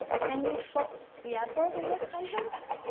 can you spot the adverb in this sentence?